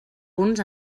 punts